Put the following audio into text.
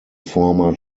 former